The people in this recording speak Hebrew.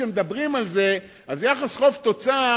לכן, כשמדברים על יחס חוב-תוצר,